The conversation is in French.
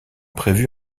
prévues